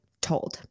told